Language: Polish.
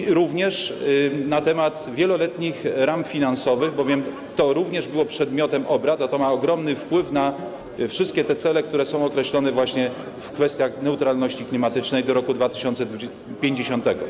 I również na temat wieloletnich ram finansowych, bowiem to także było przedmiotem obrad, a to ma ogromny wpływ na wszystkie te cele, które są określone właśnie w kwestiach neutralności klimatycznej do roku 2050.